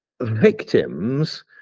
victims